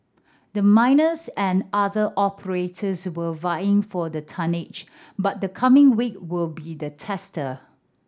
the miners and other operators were vying for the tonnage but the coming week will be the tester